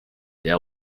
their